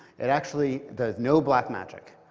it actually does no black magic.